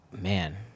man